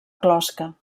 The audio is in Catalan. closca